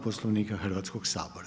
Poslovnika Hrvatskoga sabora.